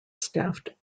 staffed